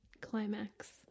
climax